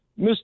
Mr